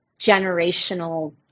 generational